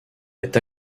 est